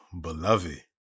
beloved